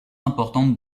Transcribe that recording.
importante